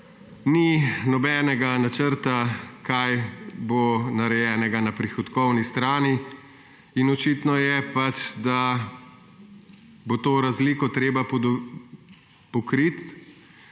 ni nobenega načrta, kaj bo narejeno na prihodkovni strani, in očitno je, da bo to razliko treba pokriti